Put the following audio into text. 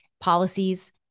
Policies